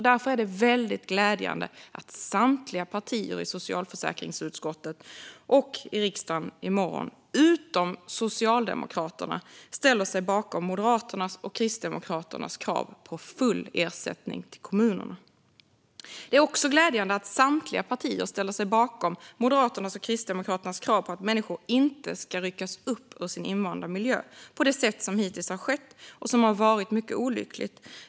Därför är det väldigt glädjande att samtliga partier i socialförsäkringsutskottet och här i kammaren utom Socialdemokraterna ställer sig bakom Moderaternas och Kristdemokraternas krav på full ersättning till kommunerna. Det är också glädjande att samtliga partier ställer sig bakom Moderaternas och Kristdemokraternas krav på att människor inte ska ryckas upp ur sin invanda miljö på det sätt som hittills har skett och som har varit mycket olyckligt.